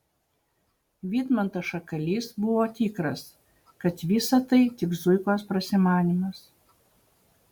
vidmantas šakalys buvo tikras kad visa tai tik zuikos prasimanymas